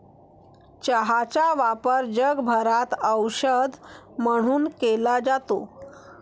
चहाचा वापर जगभरात औषध म्हणून केला जातो